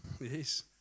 Yes